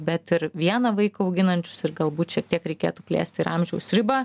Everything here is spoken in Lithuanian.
bet ir vieną vaiką auginančius ir galbūt šiek tiek reikėtų plėsti ir amžiaus ribą